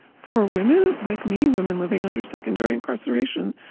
for women like me, women living under secondary incarceration,